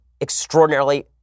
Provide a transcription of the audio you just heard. extraordinarily